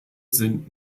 sind